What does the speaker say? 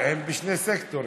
אבל הם בשני סקטורים.